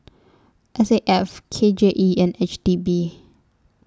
S A F K J E and H D B